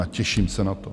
A těším se na to.